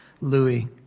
Louis